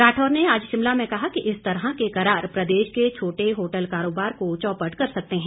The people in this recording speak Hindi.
राठौर ने आज शिमला में कहा कि इस तरह के करार प्रदेश के छोटे होटल कारोबार को चौपट कर सकते हैं